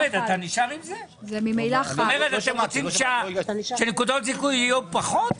אתם רוצים שנקודות זיכוי יהיו פחות?